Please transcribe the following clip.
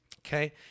Okay